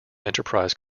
enterprise